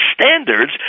standards